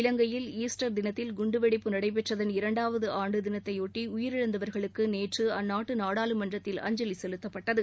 இலங்கையில் ஈஸ்டர் தினத்தில் குண்டு வெடிப்பு நடைபெற்றதன் இரண்டாவது ஆண்டு தினத்தையொட்டி உயிரிழந்தவர்களுக்கு நேற்று நாடாளுமன்றத்தில் அஞ்சலி செலுத்தப்பட்டது